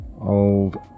Old